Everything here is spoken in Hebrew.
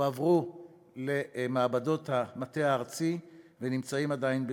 הם הועברו למעבדות המטה הארצי ונמצאים עדיין בבדיקה.